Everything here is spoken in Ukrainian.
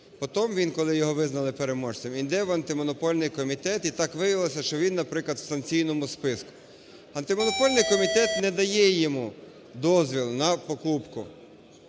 потім він, коли його визнали переможцем, йде в Антимонопольний комітет. І так виявилося, що він, наприклад, в санкційному списку. Антимонопольний комітет не дає йому дозвіл на покупку.